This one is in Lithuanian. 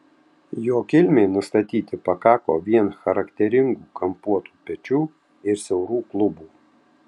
jo kilmei nustatyti pakako vien charakteringų kampuotų pečių ir siaurų klubų